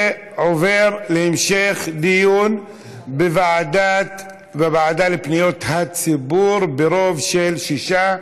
זה עובר להמשך דיון בוועדה לפניות הציבור ברוב של שישה,